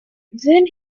then